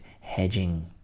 hedging